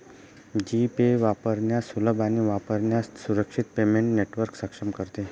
जी pay वापरण्यास सुलभ आणि वापरण्यास सुरक्षित पेमेंट नेटवर्क सक्षम करते